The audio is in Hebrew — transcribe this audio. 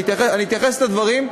אני אתייחס לדברים.